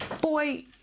boy